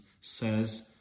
says